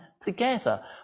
together